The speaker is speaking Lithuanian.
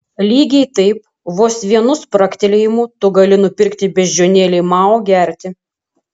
lygiai taip vos vienu spragtelėjimu tu gali nupirkti beždžionėlei mao gerti